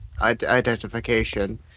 identification